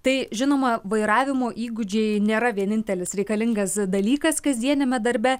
tai žinoma vairavimo įgūdžiai nėra vienintelis reikalingas dalykas kasdieniame darbe